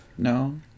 No